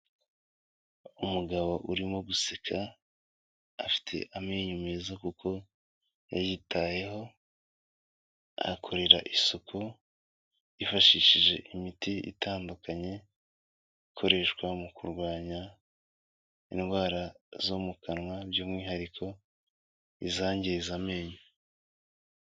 Umugabo urimo guseka afite amenyo meza kuko yayitayeho, ayakorera isuku yifashishije imiti itandukanye, ikoreshwa mu kurwanya indwara zo mu kanwa by'umwihariko izangiza amenyo.